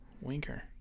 Winker